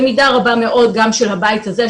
במידה רבה מאוד גם של הבית הזה,